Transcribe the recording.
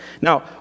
Now